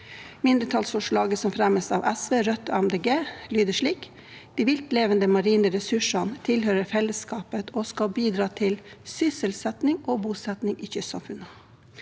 Mindretallsforslaget som fremmes av SV, Rødt og Miljøpartiet De Grønne, lyder slik: «De viltlevende marine ressursene tilhører fellesskapet og skal bidra til sysselsetting og bosetting i kystsamfunnene.»